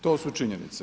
To su činjenice.